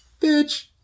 bitch